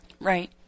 right